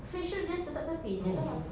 fridge itu just letak tepi jer lah